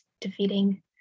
defeating